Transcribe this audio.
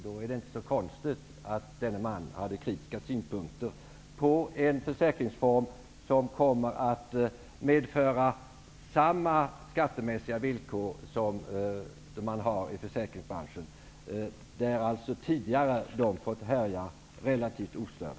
Då är det inte så konstigt att denne man hade kritiska synpunkter på en försäkringsform som kommer att medföra samma skattemässiga villkor som gäller inom försäkringsbranschen, där man tidigare fått härja relativt ostörd.